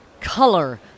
Color